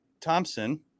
Thompson